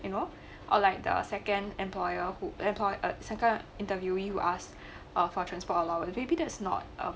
you know or like the second employer who employ a second interviewee who ask for transport allowance maybe that not a